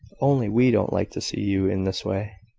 only we don't like to see you in this way.